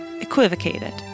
equivocated